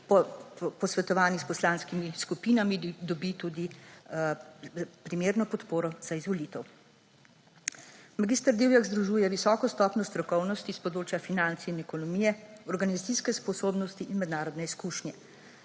posvetovanji s poslanskimi skupinami dobi tudi primerno podporo za izvolitev. Mag. Divjak združuje visoko stopnjo strokovnosti s področja financ in ekonomije, organizacijske sposobnosti in mednarodne izkušnje.